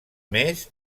més